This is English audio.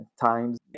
times